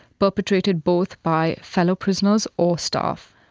perpetrated both by fellow prisoners or staff.